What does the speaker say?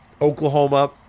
Oklahoma